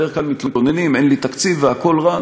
בדרך כלל מתלוננים: אין לי תקציב והכול רע.